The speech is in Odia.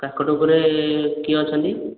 କାକଟପୁରେ କିଏ ଅଛନ୍ତି